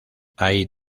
hay